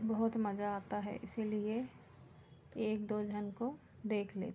बहुत मज़ा आता है इसीलिए एक दो जन को देख लें